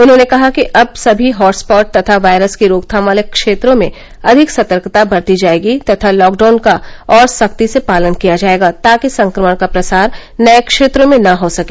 उन्होंने कहा कि अब सभी हॉट स्पॉट तथा वायरस की रोकथाम वाले क्षेत्रों में अधिक सतर्कता बरती जायेगी तथा लॉकडाउन का और सख्ती से पालन किया जायेगा ताकि संक्रमण का प्रसार नये क्षेत्रों में न हो सके